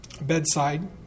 bedside